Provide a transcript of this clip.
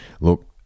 look